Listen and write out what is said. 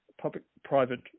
public-private